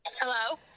hello